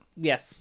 Yes